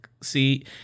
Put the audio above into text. see